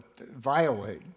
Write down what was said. violate